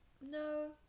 no